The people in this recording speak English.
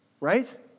Right